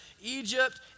Egypt